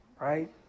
Right